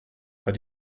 but